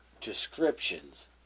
descriptions